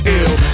ill